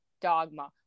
Dogma